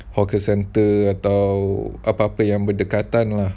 hawker centre atau apa-apa yang berdekatan lah